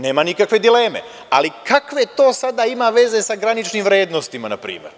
Nema nikakve dileme, ali kakve to sada ima veze sa graničnim vrednostima, na primer.